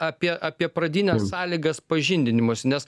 apie apie pradines sąlygas pažindinimosi nes